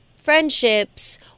friendships